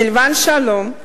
סילבן שלום,